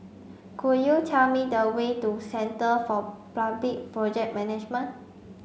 could you tell me the way to Centre for Public Project Management